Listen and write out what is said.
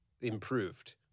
improved